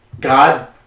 God